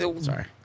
Sorry